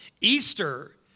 Easter